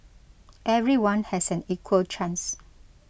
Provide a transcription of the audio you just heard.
everyone has an equal chance